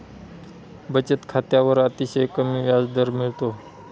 बचत खात्यावर अतिशय कमी व्याजदर मिळतो